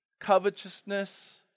covetousness